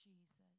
Jesus